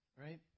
right